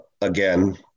again